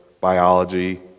biology